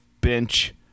bench